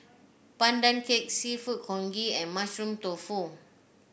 Pandan Cake seafood congee and Mushroom Tofu